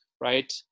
right